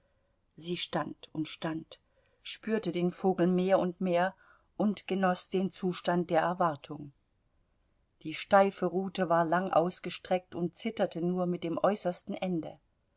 sie stand und stand spürte den vogel mehr und mehr und genoß den zustand der erwartung die steife rute war lang ausgestreckt und zitterte nur mit dem äußersten ende